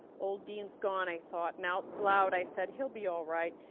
old dean's gone i thought and out loud i said, he'll be all right,